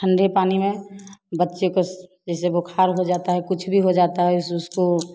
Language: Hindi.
ठंढे पानी में बच्चे को स्स जैसे बोखार हो जाता है कुछ भी हो जाता है उस उसको